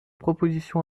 proposition